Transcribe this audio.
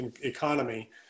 economy